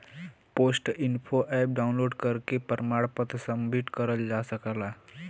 post info app download करके प्रमाण पत्र सबमिट करल जा सकला